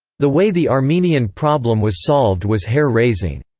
the way the armenian problem was solved was hair-raising.